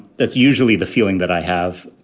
that's usually the feeling that i have.